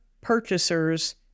purchasers